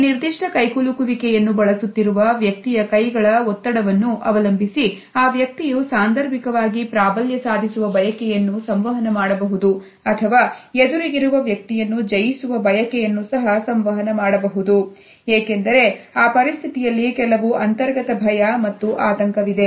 ಈ ನಿರ್ದಿಷ್ಟ ಕೈಕುಲುಕುವಿಕೆಯನ್ನು ಬಳಸುತ್ತಿರುವ ವ್ಯಕ್ತಿಯ ಕೈಗಳ ಒತ್ತಡವನ್ನು ಅವಲಂಬಿಸಿ ಆ ವ್ಯಕ್ತಿಯು ಸಾಂದರ್ಭಿಕವಾಗಿ ಪ್ರಾಬಲ್ಯ ಸಾಧಿಸುವ ಬಯಕೆಯನ್ನು ಸಂವಹನ ಮಾಡಬಹುದು ಅಥವಾ ಎದುರಿಗಿರುವ ವ್ಯಕ್ತಿಯನ್ನು ಜಯಿಸುವ ಬಯಕೆಯನ್ನು ಸಹ ಸಂವಹನ ಮಾಡಬಹುದು ಏಕೆಂದರೆ ಆ ಪರಿಸ್ಥಿತಿಯಲ್ಲಿ ಕೆಲವು ಅಂತರ್ಗತ ಭಯ ಮತ್ತು ಆತಂಕವಿದೆ